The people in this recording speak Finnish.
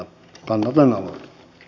kannatan aloitetta